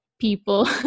people